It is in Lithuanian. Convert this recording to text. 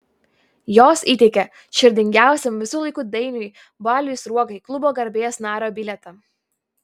jos įteikė širdingiausiam visų laikų dainiui baliui sruogai klubo garbės nario bilietą